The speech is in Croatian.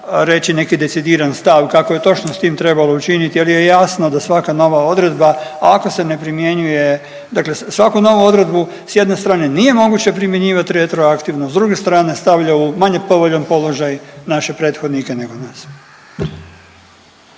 reći neki decidiran stav, kako je točno s tim trebalo učiniti jer je jasno da svaka nova odredba, ako se ne primjenjuje, dakle svaku novu odredbu s jedne strane nije moguće primjenjivati retroaktivno, s druge strane, stavlja u manje povoljan položaj naše prethodnike nego nas.